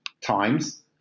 times